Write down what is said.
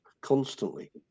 constantly